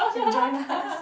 can join us